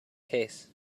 case